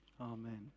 Amen